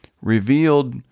revealed